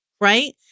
right